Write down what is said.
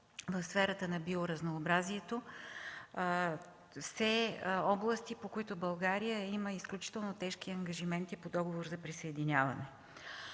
в сферата на биоразнообразието – все области, по които България има изключително тежки ангажименти по Договора за присъединяване.